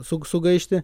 su sugaišti